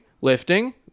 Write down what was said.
lifting